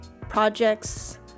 projects